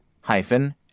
hyphen